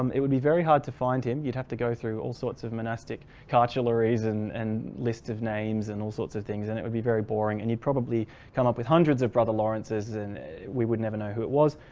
um it would be very hard to find him. you'd have to go through all sorts of monastic catilleries and and list of names and all sorts of things and it would be very boring and you'd probably come up with hundreds of brother lawrence's and we would never know who it was.